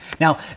Now